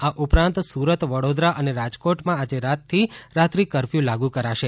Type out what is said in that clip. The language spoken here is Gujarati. આ ઉપરાંત સુરત વડોદરા અને રાજકોટમાં આજે રાતથી રાત્રિ કરફ્યૂ લાગુ કરાશે